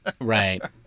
right